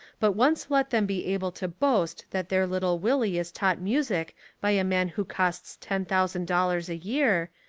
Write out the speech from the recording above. but once let them be able to boast that their little willie is taught music by a man who costs ten thousand dollars a year,